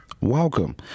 welcome